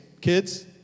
Kids